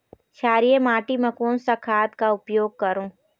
क्षारीय माटी मा कोन सा खाद का उपयोग करों?